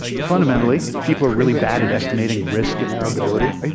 fundamentally, people are really bad at estimating risk and their ability.